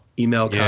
Email